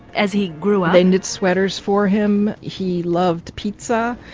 as he grew up. they knitted sweaters for him, he loved pizza,